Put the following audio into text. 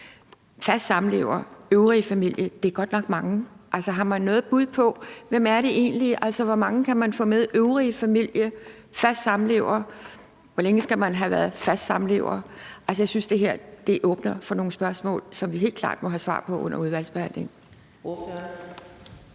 Fast samlever, øvrig familie – det er godt nok mange. Altså, har man noget bud på, hvem det egentlig er? Altså, hvor mange kan man få med? Øvrig familie, fast samlever – hvor længe skal man have været fast samlever? Altså, jeg synes, det her åbner for nogle spørgsmål, som vi helt klart må have svar på under udvalgsbehandlingen.